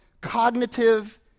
cognitive